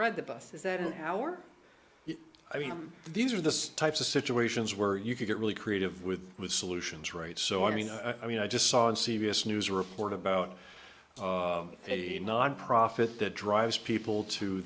read the book is that our i mean these are the types of situations where you can get really creative with with solutions right so i mean i mean i just saw on c b s news report about a nonprofit that drives people to